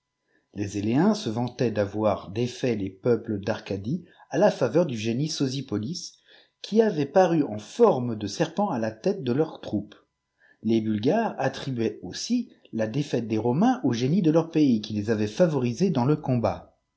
les ëléens se vantaient d'avoir dé it les peuples d'ar cidie à la faveur du génie sipous qui avait paru en formt dè serpenta la tête de leurs troupes les bulgares attribuaient aussi la défaite des romains tmx génies dl leur fays qui les amént favorisés dans le combat